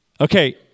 Okay